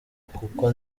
kuko